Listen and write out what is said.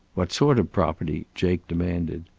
what sort of property? jake demanded.